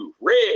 red